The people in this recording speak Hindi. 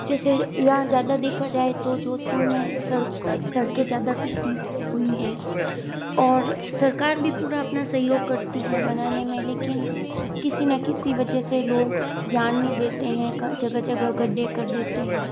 जैसे यहाँ ज़्यादा देखा जाए तो जोधपुर में सड़के ज़्यादा टूटी हुई हैं और सरकार भी पूरा अपना सहयोग करती हैं बनाने में लेकिन किसी न किसी वजह से लोग ध्यान नहीं देते हैं जगह जगह गड्ढे कर देते हैं